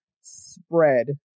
spread